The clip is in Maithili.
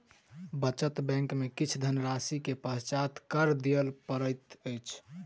बचत बैंक में किछ धनराशि के पश्चात कर दिअ पड़ैत अछि